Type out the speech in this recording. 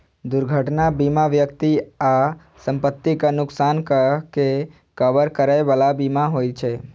दुर्घटना बीमा व्यक्ति आ संपत्तिक नुकसानक के कवर करै बला बीमा होइ छे